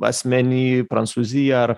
asmeny prancūzija ar